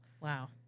Wow